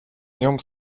нем